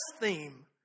theme